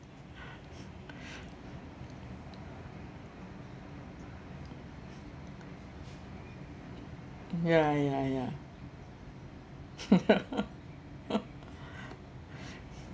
ya ya ya